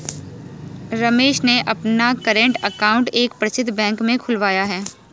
रमेश ने अपना current account एक प्रसिद्ध बैंक में खुलवाया है